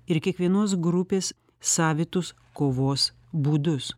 ir kiekvienos grupės savitus kovos būdus